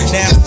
Now